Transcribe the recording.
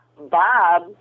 Bob